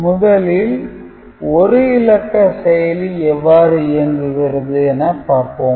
முதலில் 1 இலக்க செயலி எவ்வாறு இயங்குகிறது என பார்ப்போம்